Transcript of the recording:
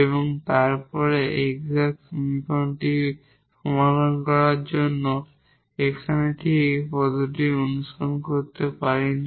এবং তারপরে এক্সাট সমীকরণটি সমাধান করার জন্য এখানে ঠিক এই পদ্ধতিটি অনুসরণ করতে পারি না